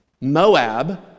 Moab